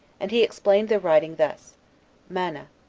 and he explained the writing thus maneh.